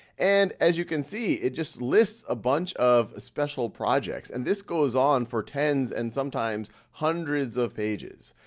and as you can see, it just lists a bunch of special projects and this goes on for tens and sometimes hundreds of pages.